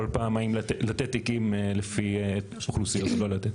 פעם האם לתת תיקים לפי אוכלוסיות או לא לתת.